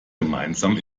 gemeinsam